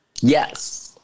Yes